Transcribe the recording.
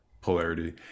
polarity